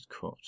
cut